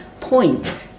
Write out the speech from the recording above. point